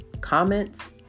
comments